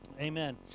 amen